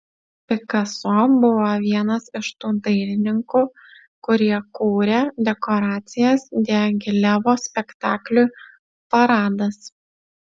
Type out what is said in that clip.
pikaso buvo vienas iš tų dailininkų kurie kūrė dekoracijas diagilevo spektakliui paradas